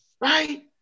right